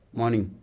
morning